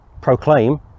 proclaim